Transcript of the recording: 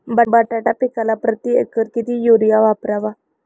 बटाटा पिकाला प्रती एकर किती युरिया वापरावा?